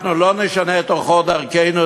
אנחנו לא נשנה את אורחות דרכנו,